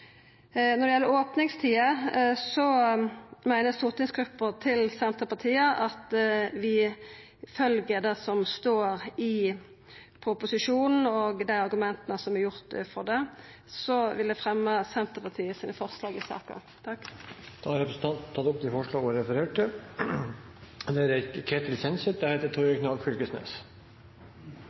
Når det gjeld opningstider, meiner stortingsgruppa til Senterpartiet at vi følgjer det som står i proposisjonen og argumenta der for det. Til slutt vil eg fremja Senterpartiets forslag i saka. Representanten Kjersti Toppe har tatt opp det forslaget hun har referert til. For Venstres del mener vi det er